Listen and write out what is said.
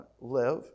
live